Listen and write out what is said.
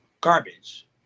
garbage